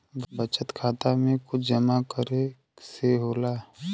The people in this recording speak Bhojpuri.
बचत खाता मे कुछ जमा करे से होला?